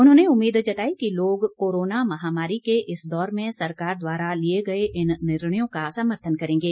उन्होंने उम्मीद जताई कि लोग कोरोना महामारी के इस दौर में सरकार द्वारा लिए गए इन निर्णयों का समर्थन करेंगे